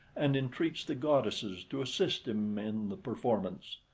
and entreats the goddesses to assist him in the performance.